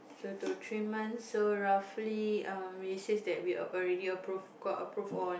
two to three months so roughly um we already approve got approved on